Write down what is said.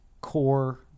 core